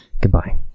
Goodbye